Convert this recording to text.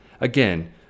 Again